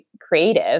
creative